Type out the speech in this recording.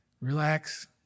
relax